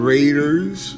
Raiders